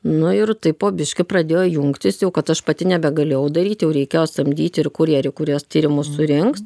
nu ir taip po biškį pradėjo jungtis jau kad aš pati nebegalėjau daryti jau reikėjo samdyt ir kurjerių kurie tyrimus surinks